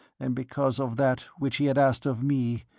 and because of that which he had asked of me,